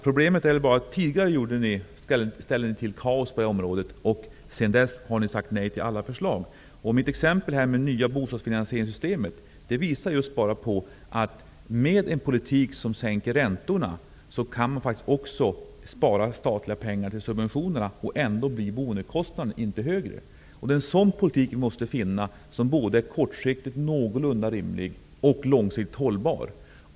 Problemet är bara att Socialdemokraterna tidigare ställde till kaos på det här området, och sedan dess har de sagt nej till alla förslag. Mitt exempel med det nya bostadsfinansieringssystemet visar bara att man med en politik som sänker räntorna också kan spara statliga pengar till subventionerna, utan att boendekostnaden blir högre. Vi måste finna en sådan politik, som är både kortsiktigt någorlunda rimlig och långsiktigt hållbar.